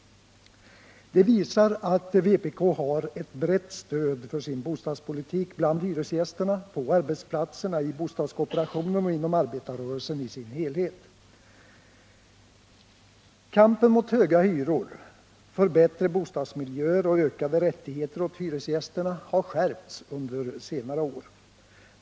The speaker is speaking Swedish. Det visar att vpk har ett brett stöd för sin bostadspolitik bland hyresgästerna, på arbetsplatserna, i bostadskooperationen och inom arbetarrörelsen i sin helhet. Kampen mot höga hyror, för bättre bostadsmiljöer och ökade rättigheter åt hyresgästerna har skärpts under senare år.